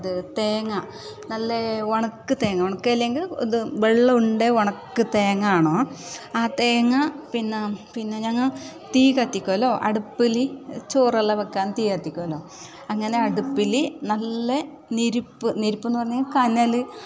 ഇത് തേങ്ങ നല്ല ഉണക്ക തേങ്ങ ഉണക്ക അല്ലെങ്കിൽ ഇത് വെള്ളമുണ്ടേൽ ഉണക്ക തേങ്ങ ആണോ ആ തേങ്ങ പിന്നെ പിന്നെ ഞങ്ങൾ തീ കത്തിക്കോലോ അടുപ്പില് ചോറെല്ലാം വെക്കാൻ തീയെല്ലാം കത്തിക്കാമല്ലൊ അങ്ങനെ അടുപ്പില് നല്ല ഞെരുപ്പ് ഞെരുപ്പെന്ന് പറഞ്ഞാൽ കനല്